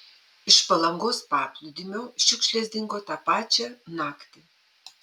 iš palangos paplūdimio šiukšlės dingo tą pačią naktį